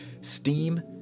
Steam